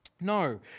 No